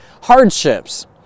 hardships